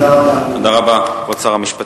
תודה רבה, כבוד שר המשפטים.